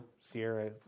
Sierra